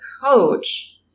coach